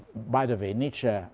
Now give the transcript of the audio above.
by the way nietzsche,